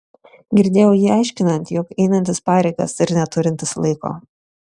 girdėjau jį aiškinant jog einantis pareigas ir neturintis laiko